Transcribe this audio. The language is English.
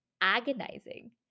agonizing